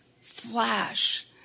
flash